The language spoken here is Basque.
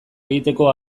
egiteko